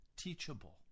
teachable